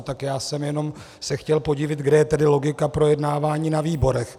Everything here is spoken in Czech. Tak já jsem se jenom chtěl podivit, kde je tedy logika projednávání na výborech.